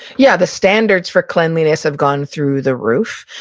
yeah, the standards for cleanliness have gone through the roof.